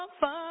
fun